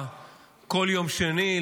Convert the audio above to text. כל יום שני,